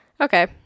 Okay